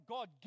God